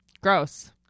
Gross